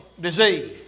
disease